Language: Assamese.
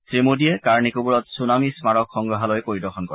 শ্ৰীমোদীয়ে কাৰ নিকোবৰত ছুনামি স্মাৰক সংগ্ৰহালয় পৰিদৰ্শন কৰে